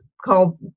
called